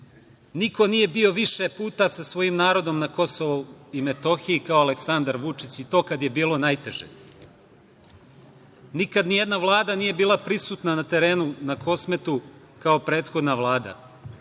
Niko nije bio više puta sa svojim narodom na Kosovu i Metohiji kao Aleksandar Vučić, i to kad je bilo najteže. Nikad ni jedna Vlada nije bila prisutna na terenu na Kosmetu kao prethodna